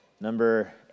number